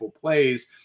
plays